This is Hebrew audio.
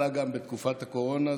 עלה גם בתקופת הקורונה,